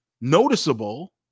noticeable